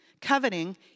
Coveting